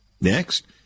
Next